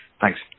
thanks